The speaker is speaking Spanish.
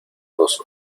dos